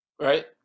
Right